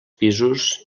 pisos